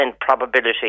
probability